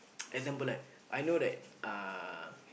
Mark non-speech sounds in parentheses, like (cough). (noise) example like I know that uh